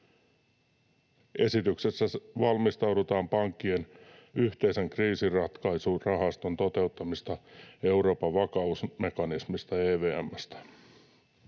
Esityksessä valmistaudutaan pankkien yhteisen kriisinratkaisurahaston toteuttamiseen Euroopan vakausmekanismista EVM:stä.